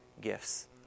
gifts